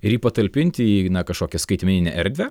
ir jį patalpinti į na kažkokią skaitmeninę erdvę